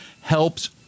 helps